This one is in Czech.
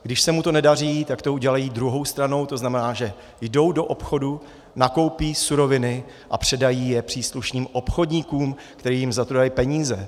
Když se mu to nedaří, tak to udělají druhou stranou, to znamená, že jdou do obchodu, nakoupí suroviny a předají je příslušným obchodníkům, kteří jim za to dají peníze.